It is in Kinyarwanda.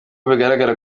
bigaragara